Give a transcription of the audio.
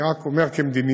אני רק אומר שכמדיניות,